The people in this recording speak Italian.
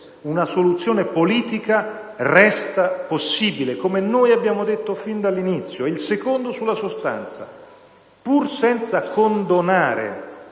una soluzione politica resta possibile, come noi abbiamo detto fin dall'inizio. Il secondo sulla sostanza: pur senza condonare